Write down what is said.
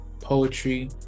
poetry